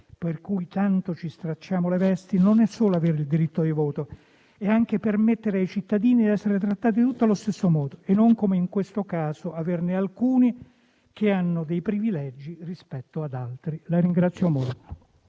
per cui tanto ci stracciamo le vesti non è solo avere il diritto di voto, ma è anche permettere ai cittadini di essere trattati tutti allo stesso modo e non, come in questo caso, averne alcuni che hanno dei privilegi rispetto ad altri.